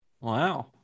Wow